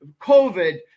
COVID